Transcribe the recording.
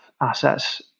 assets